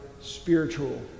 spiritual